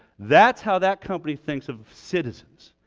that's how that company thinks of citizens.